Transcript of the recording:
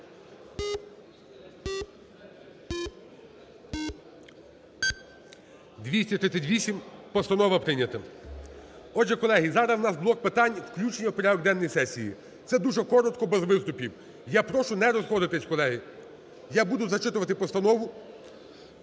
За-238 Постанова прийнята. Отже, колеги, зараз в нас блок питань "включення в порядок денний сесії". Це дуже коротко, без виступів. Я прошу не розходитись, колеги. Я буду зачитувати постанову.